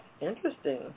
Interesting